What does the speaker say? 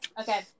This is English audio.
Okay